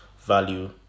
value